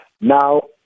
Now